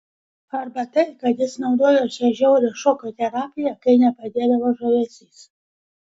arba tai kad jis naudojo šią žiaurią šoko terapiją kai nepadėdavo žavesys